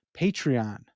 Patreon